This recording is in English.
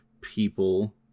people